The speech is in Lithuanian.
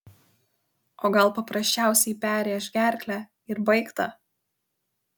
o gal paprasčiausiai perrėš gerklę ir baigta